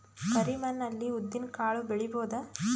ಕರಿ ಮಣ್ಣ ಅಲ್ಲಿ ಉದ್ದಿನ್ ಕಾಳು ಬೆಳಿಬೋದ?